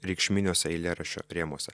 reikšminiuose eilėraščio rėmuose